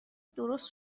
درست